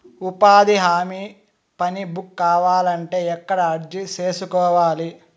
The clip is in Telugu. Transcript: ఉపాధి హామీ పని బుక్ కావాలంటే ఎక్కడ అర్జీ సేసుకోవాలి?